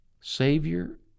Savior